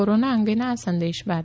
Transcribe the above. corona અંગેના આ સંદેશ બાદ